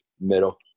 Middle